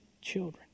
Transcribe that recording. children